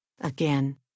Again